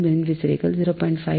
9 மின்விசிறிகள் 0